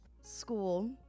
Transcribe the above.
school